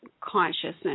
consciousness